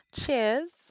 Cheers